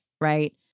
Right